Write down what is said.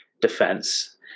defense